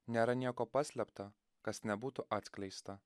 nėra nieko paslėpta kas nebūtų atskleista